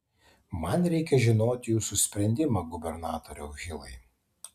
man reikia žinoti jūsų sprendimą gubernatoriau hilai